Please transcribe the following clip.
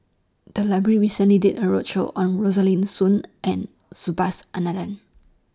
The Library recently did A roadshow on Rosaline Soon and Subhas Anandan